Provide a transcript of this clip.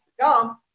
come